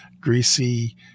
greasy